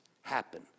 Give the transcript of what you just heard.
happen